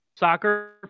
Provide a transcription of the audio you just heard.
soccer